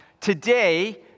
Today